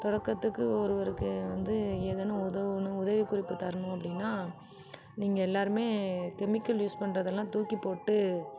தொடக்கத்துக்கு ஒருவருக்கு வந்து ஏதேனும் உதவணும் உதவி குறிப்பு தரணும் அப்படின்னா நீங்கள் எல்லாருமே கெமிக்கல் யூஸ் பண்ணுறது எல்லாம் தூக்கிப்போட்டு